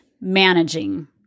managing